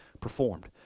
performed